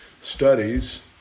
studies